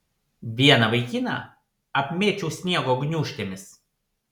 vieną vaikiną apmėčiau sniego gniūžtėmis